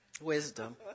Wisdom